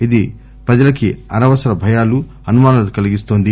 ఇది ప్రజలకి అనవసర భయాలు అనుమానాలు కల్గిస్తోంది